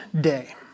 day